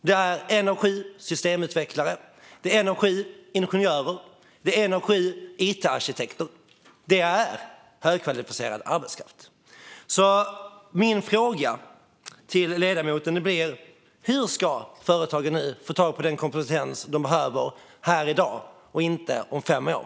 Det är en av sju systemutvecklare, en av sju ingenjörer och en av sju it-arkitekter. Det är högkvalificerad arbetskraft. Min fråga till ledamoten blir därför: Hur ska företagen nu få tag på den kompetens de behöver här i dag, och inte om fem år?